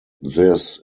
this